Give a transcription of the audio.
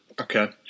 Okay